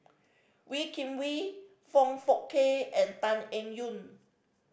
Wee Kim Wee Foong Fook Kay and Tan Eng Yoon